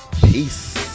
Peace